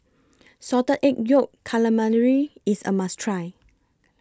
Salted Egg Yolk Calamari IS A must Try